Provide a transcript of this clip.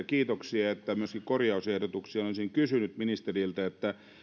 kiitoksia että myöskin korjausehdotuksia niin olisin kysynyt ministeriltä